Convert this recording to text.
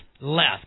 left